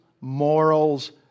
morals